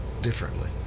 differently